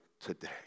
today